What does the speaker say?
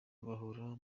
bahora